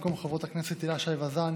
במקום חברות הכנסת הילה שי וזאן